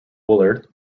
willard